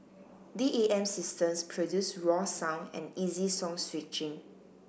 D A M systems produce raw sound and easy song switching